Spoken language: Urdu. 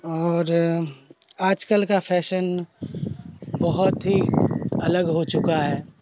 اور آج کل کا فیشن بہت ہی الگ ہو چکا ہے